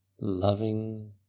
loving